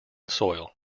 soil